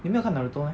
你没有看 naruto meh